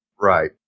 Right